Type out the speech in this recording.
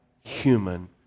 human